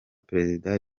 perezida